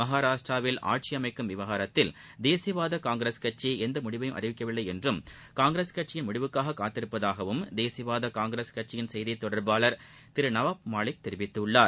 மகாராஷ்டிராவில் ஆட்சி அமைக்கும் விவகாரத்தில் தேசியவாத காங்கிரஸ் கட்சி எந்த முடிவையும் அறிவிக்கவில்லை என்றும் காங்கிரஸ் கட்சியின் முடிவுக்காக காத்திருப்பதாகவும் தேசியவாத காங்கிரஸ் கட்சியின் செய்தித் தொடர்பாளர் திரு நவாப் மாலிக் தெரிவித்துள்ளார்